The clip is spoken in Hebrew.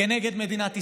כנגד מדינת ישראל,